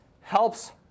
helps